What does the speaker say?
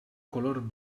color